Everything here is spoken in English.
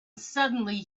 suddenly